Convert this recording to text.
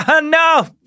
No